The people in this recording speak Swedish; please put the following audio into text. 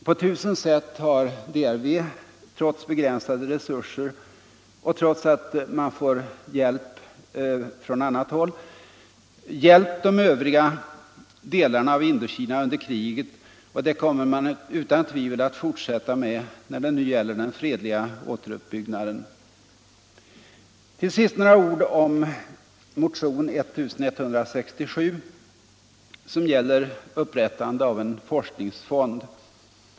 På tusen sätt har DRV trots begränsade resurser och trots att man själv får hjälp från andra håll bistått de övriga delarna av Indokina under kriget, och det kommer man utan tvivel att fortsätta med när det nu gäller den fredliga återuppbyggnaden. Till sist några ord om motionen 1167, som gäller upprättande av en forskningsfond.